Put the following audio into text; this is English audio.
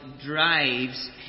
drives